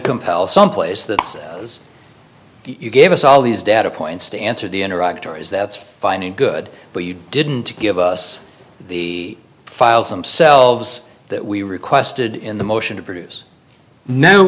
compel someplace that you gave us all these data points to answer the interactor is that's fine and good but you didn't give us the files themselves that we requested in the motion to produce no